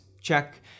check